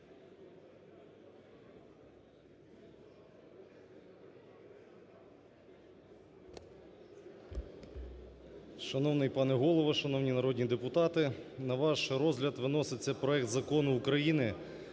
Шановний пане Голово, шановні народні депутати, на ваш розгляд виноситься проект Закону України